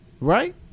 right